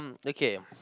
okay